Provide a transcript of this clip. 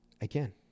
again